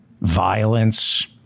violence